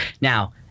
Now